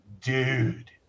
dude